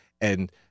And-